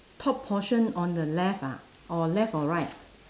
top portion on the left ah or left or right